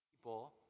people